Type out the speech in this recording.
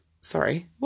sorry